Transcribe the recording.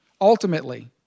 Ultimately